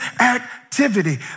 activity